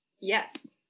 Yes